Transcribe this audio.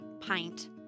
pint